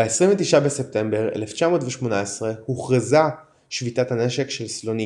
ב-29 בספטמבר 1918 הוכרזה שביתת הנשק של סלוניקי.